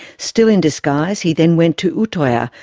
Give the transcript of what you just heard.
still in disguise, he then went to utoya,